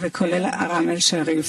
הידוע גם כאל-חרם א-שריף",